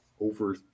over